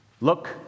Look